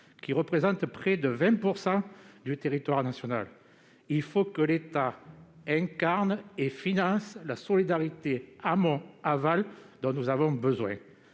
qui couvrent près de 20 % du territoire national. Il faut que l'État incarne et finance la solidarité amont-aval dont nous avons besoin.